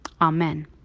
Amen